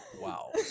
Wow